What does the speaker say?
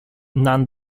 non